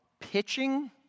pitching